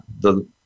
the-